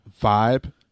Vibe